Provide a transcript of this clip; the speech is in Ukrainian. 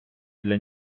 для